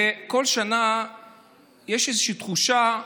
וכל שנה יש איזושהי תחושה,